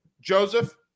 Joseph